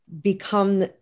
become